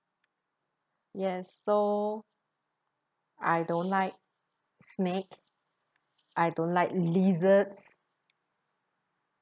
yes so I don't like snake I don't like lizards